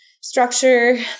structure